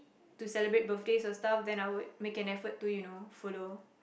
to celebrate birthdays or stuff then I would make an effort to you know follow